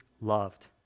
loved